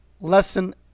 Lesson